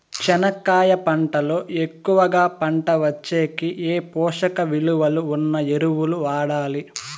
చెనక్కాయ పంట లో ఎక్కువగా పంట వచ్చేకి ఏ పోషక విలువలు ఉన్న ఎరువులు వాడాలి?